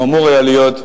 הוא אמור היה להיות,